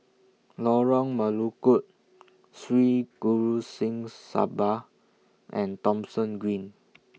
Lorong Melukut Sri Guru Singh Sabha and Thomson Green